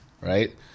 right